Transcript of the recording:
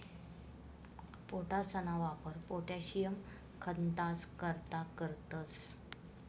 पोटाशना वापर पोटाशियम खतंस करता करतंस